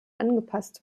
angepasst